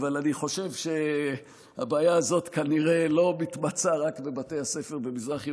אבל אני חושב שהבעיה הזאת כנראה לא מתמצה רק בבתי הספר במזרח ירושלים.